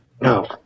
No